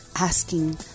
asking